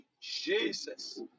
jesus